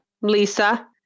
Lisa